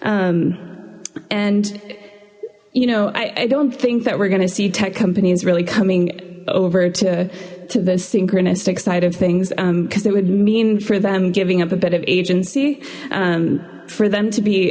us and you know i i don't think that we're gonna see tech companies really coming over to the synchronistic side of things because it would mean for them giving up a bit of agency for them to be